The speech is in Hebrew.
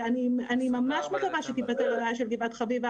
אני ממש מקווה שתיפתר הבעיה של גבעת חביבה,